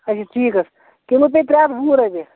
اَچھا ٹھیٖک حظ کِلوٗ پیٚیہِ ترٛےٚ ہَتھ وُہ رۄپیہِ